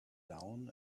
down